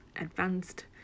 advanced